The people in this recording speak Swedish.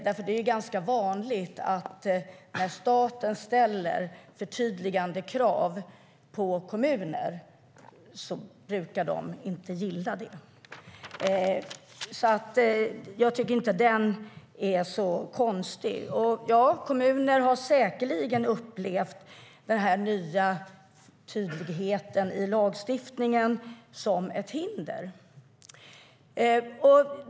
Det är ganska vanligt att kommuner inte gillar när staten ställer förtydligande krav. Jag tycker inte att det är så konstigt. Ja, kommuner har säkerligen upplevt den nya tydligheten i lagstiftningen som ett hinder.